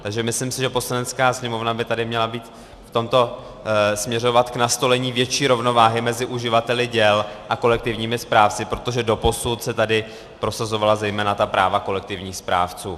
Takže myslím, že Poslanecká sněmovna by tady měla v tomto směřovat k nastolení větší rovnováhy mezi uživateli děl a kolektivními správci, protože doposud se tady prosazovala zejména práva kolektivních správců.